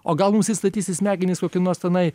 o gal mums įstatys į smegenis kokį nors tenai